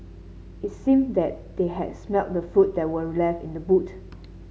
it seemed that they had smelt the food that were left in the boot